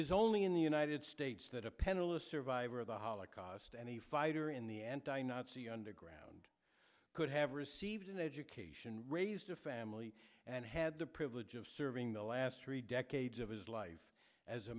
is only in the united states that a panel a survivor of the holocaust and a fighter in the anti nazi underground could have received an education raised a family and had the privilege of serving the last three decades of his life as a